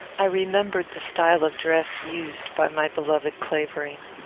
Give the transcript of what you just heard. i remembered the style of dress used by my beloved clavering.